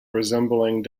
resembling